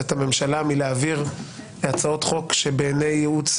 את הממשלה מלהעביר הצעות חוק שבעיני ייעוץ